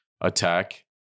attack